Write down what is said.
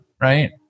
right